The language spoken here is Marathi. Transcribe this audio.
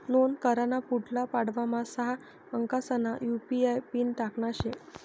नोंद कराना पुढला पडावमा सहा अंकसना यु.पी.आय पिन टाकना शे